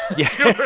yeah,